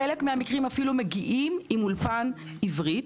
בחלק מהמקרים מגיעים אפילו עם אולפן עברית.